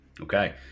Okay